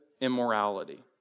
immorality